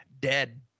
Dead